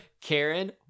Karen